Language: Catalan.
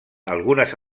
algunes